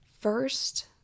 First